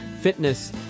fitness